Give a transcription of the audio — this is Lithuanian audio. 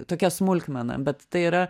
tokia smulkmena bet tai yra